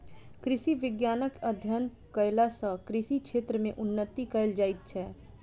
कृषि विज्ञानक अध्ययन कयला सॅ कृषि क्षेत्र मे उन्नति कयल जाइत छै